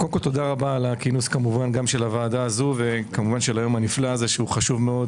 תודה רבה על הכינוס של הוועדה ועל היום הנפלא הזה שחשוב מאוד